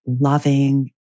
loving